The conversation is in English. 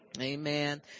Amen